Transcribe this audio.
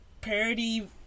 parody